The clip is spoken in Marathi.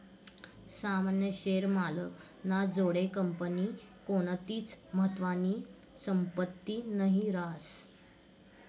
सामान्य शेअर मालक ना जोडे कंपनीनी कोणतीच महत्वानी संपत्ती नही रास